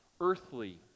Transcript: earthly